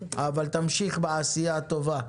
אבל תמשיך בעשייה הטובה.